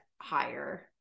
higher